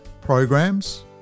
programs